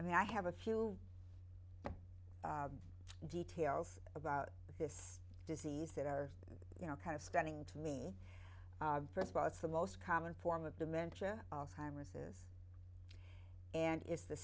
i mean i have a few details about this disease that are you know kind of stunning to me first of all it's the most common form of dementia alzheimer's is and it's the